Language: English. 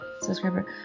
Subscriber